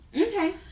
Okay